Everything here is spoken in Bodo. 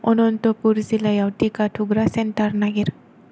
अनन्तपुर जिल्लायाव टिका थुग्रा सेन्टार नागिर